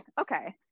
okay